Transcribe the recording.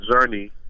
journey